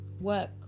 work